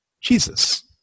Jesus